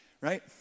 right